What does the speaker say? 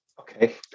Okay